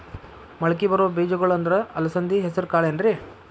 ಮಳಕಿ ಬರೋ ಬೇಜಗೊಳ್ ಅಂದ್ರ ಅಲಸಂಧಿ, ಹೆಸರ್ ಕಾಳ್ ಏನ್ರಿ?